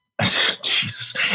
Jesus